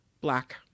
Black